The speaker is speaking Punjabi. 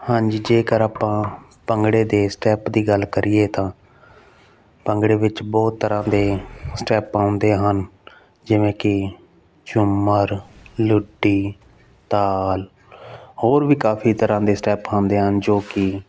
ਹਾਂਜੀ ਜੇਕਰ ਆਪਾਂ ਭੰਗੜੇ ਦੇ ਸਟੈਪ ਦੀ ਗੱਲ ਕਰੀਏ ਤਾਂ ਭੰਗੜੇ ਵਿੱਚ ਬਹੁਤ ਤਰ੍ਹਾਂ ਦੇ ਸਟੈਪ ਆਉਂਦੇ ਹਨ ਜਿਵੇਂ ਕਿ ਝੂਮਰ ਲੁੱਡੀ ਤਾਲ ਹੋਰ ਵੀ ਕਾਫੀ ਤਰ੍ਹਾਂ ਦੇ ਸਟੈਪ ਹੁੰਦੇ ਹਨ ਜੋ ਕਿ